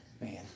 Man